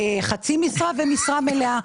חצי משרה ומשרה מלאה.